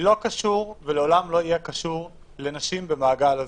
לא קשור ולעולם לא יהיה קשור לנשים במעגל הזנות.